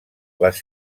les